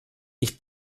ich